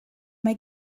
mae